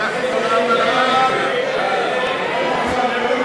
ההסתייגויות של קבוצת סיעת יהדות התורה לסעיף